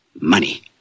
Money